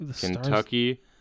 Kentucky